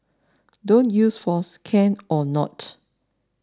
don't use force can or not